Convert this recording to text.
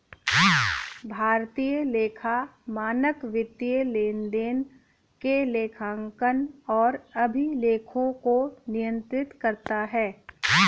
भारतीय लेखा मानक वित्तीय लेनदेन के लेखांकन और अभिलेखों को नियंत्रित करता है